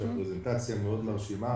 שהפרזנטציה מאוד מרשימה,